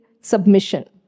submission